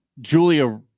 Julia